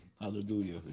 hallelujah